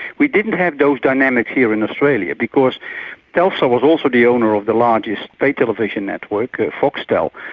we didn't have those dynamics here in australia, because telstra was also the owner of the largest pay television network, foxtel,